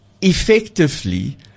effectively